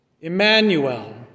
Emmanuel